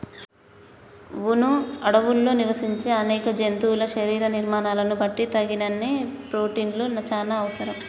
వును అడవుల్లో నివసించే అనేక జంతువుల శరీర నిర్మాణాలను బట్టి తగినన్ని ప్రోటిన్లు చానా అవసరం